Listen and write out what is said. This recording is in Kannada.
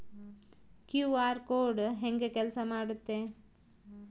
ಕ್ಯೂ.ಆರ್ ಕೋಡ್ ಹೆಂಗ ಕೆಲಸ ಮಾಡುತ್ತೆ?